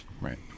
Right